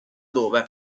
dove